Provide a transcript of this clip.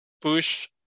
push